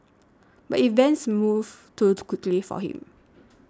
but events moved too the quickly for him